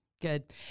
Good